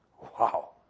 Wow